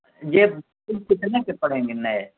یہ کُل کتنے کے پڑیں گے نئے